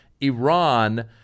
Iran